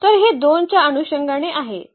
तर हे 2 च्या अनुषंगाने आहे